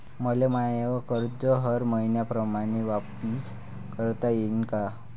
मले माय कर्ज हर मईन्याप्रमाणं वापिस करता येईन का?